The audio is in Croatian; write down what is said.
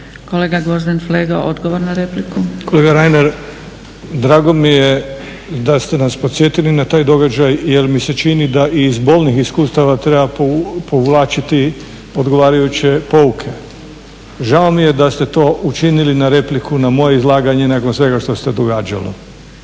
**Flego, Gvozden Srećko (SDP)** Kolega Reiner, drago mi je da ste nas podsjetili na taj događaj jer mi se čini da iz bolnih iskustava treba povlačiti odgovarajuće pouke. Žao mi je da ste to učinili na repliku na moje izlaganje nakon svega što se događalo.